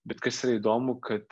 bet kas yra įdomu kad